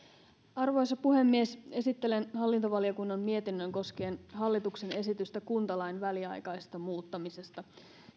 arvoisa puhemies esittelen hallintovaliokunnan mietinnön koskien hallituksen esitystä kuntalain väliaikaisesta muuttamisesta